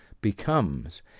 becomes